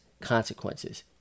consequences